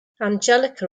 angelica